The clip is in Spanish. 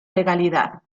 legalidad